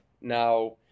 Now